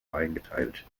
eingeteilt